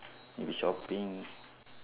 maybe shopping